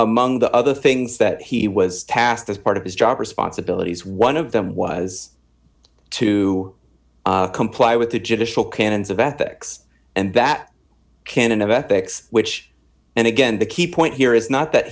among the other things that he was passed as part of his job responsibilities one of them was to comply with the judicial canons of ethics and that canon of ethics which and again the key point here is not that